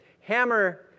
hammer